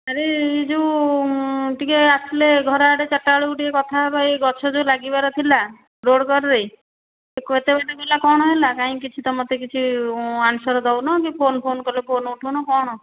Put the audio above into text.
ଆରେ ଏହି ଯେଉଁ ଟିକିଏ ଆସିଲେ ଘର ଆଡ଼େ ଚାରିଟା ବେଳକୁ ଟିକିଏ କଥା ହେବା ଏହି ଗଛ ଯେଉଁ ଲାଗିବାର ଥିଲା ରୋଡ଼ କଡ଼ରେ କେତେବେଳେ ହେଲା କଣ ହେଲା କାହିଁ କିଛି ତମେ ତ ମୋତେ କିଛି ଆନସର୍ ଦେଉନ କି ଫୋନ୍ ଫୋନ୍ କରିଲେ ଫୋନ୍ ଉଠାଉନ କ'ଣ